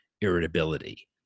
irritability